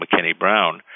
McKinney-Brown